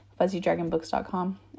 fuzzydragonbooks.com